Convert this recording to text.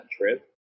trip